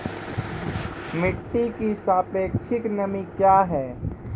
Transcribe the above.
मिटी की सापेक्षिक नमी कया हैं?